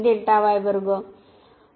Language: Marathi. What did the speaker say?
तर पुन्हा हे y आहे